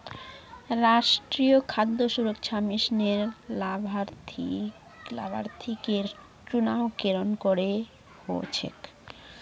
राष्ट्रीय खाद्य सुरक्षा मिशनेर लाभार्थिकेर चुनाव केरन करें हो छेक